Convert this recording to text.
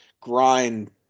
grind